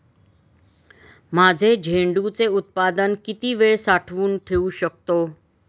माझे झेंडूचे उत्पादन किती वेळ साठवून ठेवू शकतो?